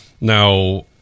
Now